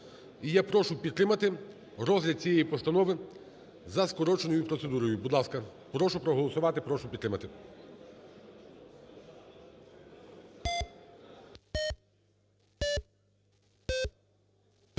І я прошу підтримати розгляд цієї постанови за скороченою процедурою. Будь ласка, прошу проголосувати. Прошу підтримати.